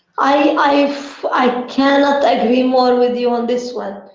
i i cannot agree more with you on this one.